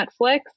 Netflix